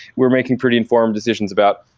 we're making pretty informed decisions about,